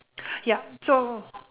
yup so